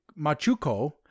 Machuco